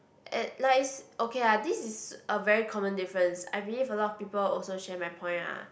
at like is okay ah this is a very common difference I believe a lot of people also share my point ah